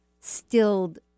stilled